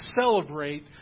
celebrate